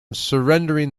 surrendering